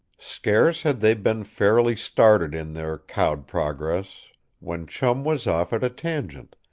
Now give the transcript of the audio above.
scarce had they been fairly started in their cowed progress when chum was off at a tangent,